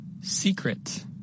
Secret